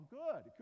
good